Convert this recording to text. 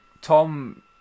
Tom